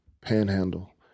Panhandle